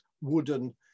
wooden